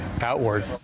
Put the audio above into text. outward